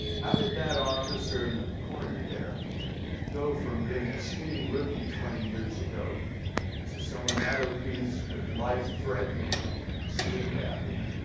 how did that officer in the corner there go from being a skinny rookie twenty years ago to someone that obese with life-threatening sleep apnea?